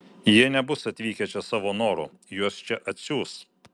jie nebus atvykę čia savo noru juos čia atsiųs